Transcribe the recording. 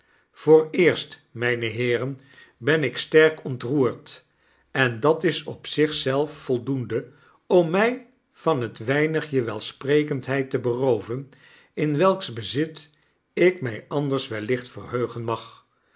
vooreerst myne heeren ben ik sterk ontroerd en dat is op zich zelf voldoende om my van het weinigje welsprekendheid te berooven in welks bezit ik my anders wellicht verheugen mag